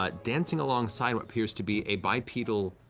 but dancing alongside what appears to be a bipedal